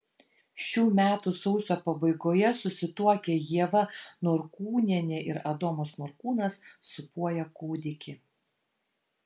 šių metų sausio pabaigoje susituokę ieva norkūnienė ir adomas norkūnas sūpuoja kūdikį